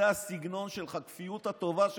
זה הסגנון שלך, כפיות הטובה שלך.